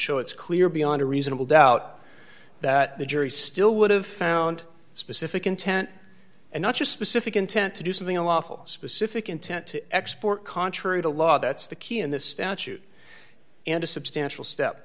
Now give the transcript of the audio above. show it's clear beyond a reasonable doubt that the jury still would have found a specific intent and not just specific intent to do something unlawful specific intent to export contrary to law that's the key in this statute and a substantial step